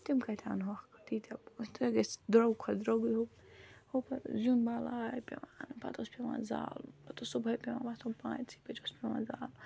تِم کَتہِ اَنہٕ ہوکھ تیٖتیٛاہ پونٛسہٕ سُہ گژھِ درٛوٚگ کھۄتہٕ درٛوٚگٕے ہُہ ہُہ پَتہٕ زیُن بَلاے پٮ۪وان اَنُن پَتہٕ اوس پٮ۪وان زالُن پَتہٕ اوس صُبحٲے پٮ۪وان وۄتھُن پانٛژھِ پھِر اوس پٮ۪وان زالُن